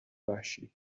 وحشی